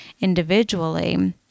individually